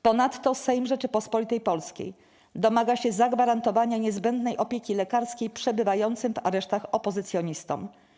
Ponadto Sejm Rzeczypospolitej Polskiej domaga się zagwarantowania niezbędnej opieki lekarskiej przebywającym w aresztach opozycjonistom.